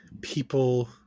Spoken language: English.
people